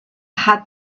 had